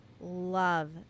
love